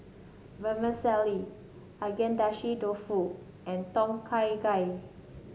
Vermicelli Agedashi Dofu and Tom Kha Gai